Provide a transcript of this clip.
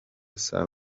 saa